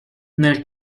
nel